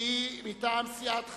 שהיא מטעם סיעת חד"ש,